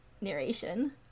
narration